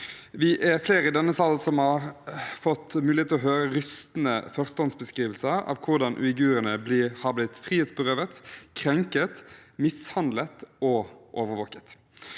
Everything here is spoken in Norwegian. Vi er flere i denne salen som har fått muligheten til å høre rystende førstehåndsbeskrivelser av hvordan uigurene er blitt frihetsberøvet, krenket, mishandlet og overvåket.